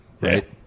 right